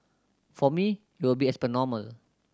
for me it will be as per normal